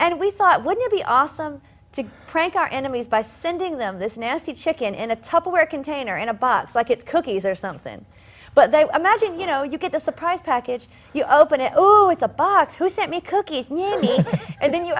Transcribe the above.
and we thought would be awesome to prank our enemies by sending them this nasty chicken in a tupperware container in a box like it's cookies or something but they imagine you know you get the surprise package you open it oh it's a box who sent me a cookie and then you